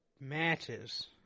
Matches